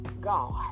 God